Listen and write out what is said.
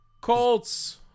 Colts